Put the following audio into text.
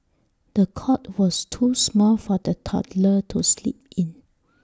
the cot was too small for the toddler to sleep in